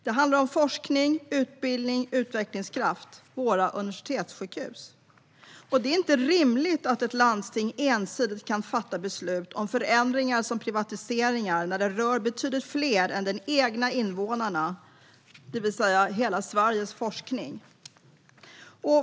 Det handlar om forskning, utbildning och utvecklingskraft vid våra universitetssjukhus. Det är inte rimligt att ett landsting ensidigt kan fatta beslut om förändringar som privatiseringar när det rör betydligt fler än de egna invånarna, det vill säga hela Sveriges forskning.